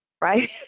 right